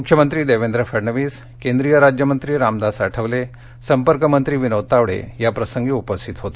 मुख्यमंत्री देवेंद्र फडणवीस केंद्रीय राज्यमंत्री रामदास आठवले संपर्कमंत्री विनोद तावडे यावेळी उपस्थित होते